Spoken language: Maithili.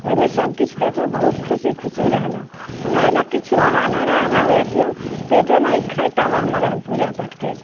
ओइमे सभकिछु देखलहुँ बहुत खुशी खुशी रहलहुँ हमरा अइलेल किछु रहऽ नहि रहऽ हमरा होइए कि हम पेटो नहि खैतहुँ आओर हमर हम पूजा पाठ करितहुँ